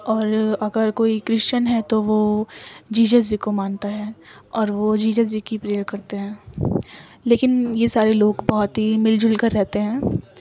اور اگر کوئی کرشچن ہے تو وہ جیزز جی کو مانتا ہے اور وہ جیزز جی کی پریئر کرتے ہیں لیکن یہ سارے لوگ بہت ہی مل جل کر رہتے ہیں